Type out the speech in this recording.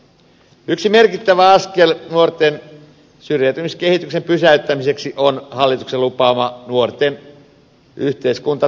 yksi merkittävä askel nuorten syrjäytymiskehityksen pysäyttämiseksi on hallituksen lupaama nuorten yhteiskuntatakuu